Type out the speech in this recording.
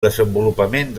desenvolupament